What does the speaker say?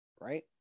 right